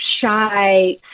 shy